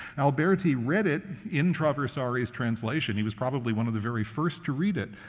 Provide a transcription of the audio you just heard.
alberti read it in traversari's translation. he was probably one of the very first to read it,